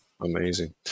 Amazing